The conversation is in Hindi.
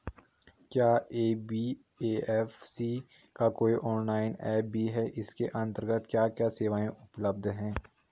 क्या एन.बी.एफ.सी का कोई ऑनलाइन ऐप भी है इसके अन्तर्गत क्या क्या सेवाएँ उपलब्ध हैं?